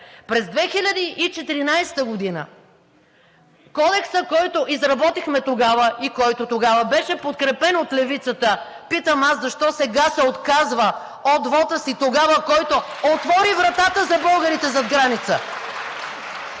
През 2014 г. Кодексът, който изработихме тогава и който тогава беше подкрепен от Левицата, питам аз: защо сега се отказва от вота си тогава, който отвори вратата за българите зад граница?